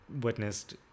witnessed